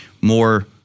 more